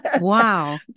wow